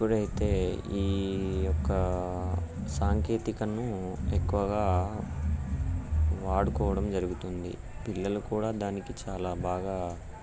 ఇప్పుడైతే ఈ ఒక్క సాంకేతికతను ఎక్కువగా వాడుకోవడం జరుగుతుంది పిల్లలు కూడా దానికి చాలా బాగా